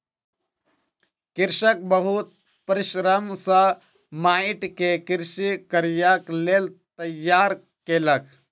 कृषक बहुत परिश्रम सॅ माइट के कृषि कार्यक लेल तैयार केलक